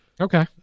okay